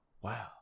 Wow